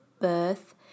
birth